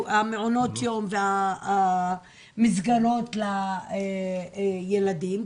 מעונות היום והמסגרות לילדים.